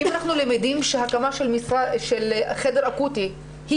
אם אנחנו למדים שהקמה של חדר אקוטי זה